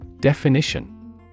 Definition